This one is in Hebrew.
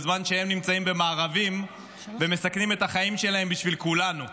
בזמן שהם נמצאים במארבים ומסכנים את החיים שלהם בשביל כולנו.